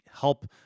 help